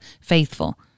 faithful